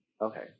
Okay